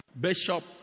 Bishop